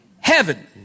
heaven